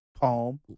palm